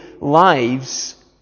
lives